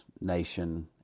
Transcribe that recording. nation